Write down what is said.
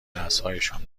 دستهایشان